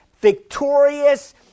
victorious